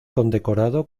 condecorado